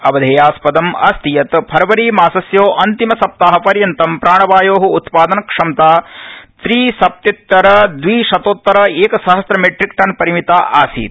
अवधेयास्पदम् अस्ति यत् फरवरी मासस्य अन्तिम सप्ताह पर्यन्तं प्राणवायोः उत्पादन क्षमता त्रिसप्तत्य्तर द्विशताधिक एकसहस्र मीट्रिक टन परिमिता आसीत्